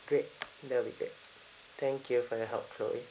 great that would be great thank you for your help chloe